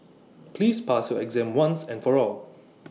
please pass your exam once and for all